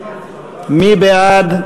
מי בעד?